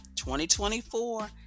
2024